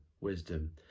wisdom